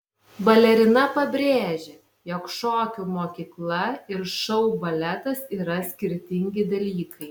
balerina pabrėžė jog šokių mokykla ir šou baletas yra skirtingi dalykai